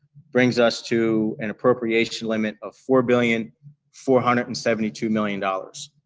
brings us to an appropriation limit of four billion four hundred and seventy two million dollars.